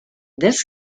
this